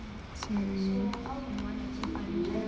sorry